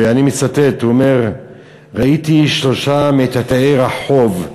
ואני מצטט: ראיתי שלושה מטאטאי רחוב.